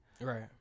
Right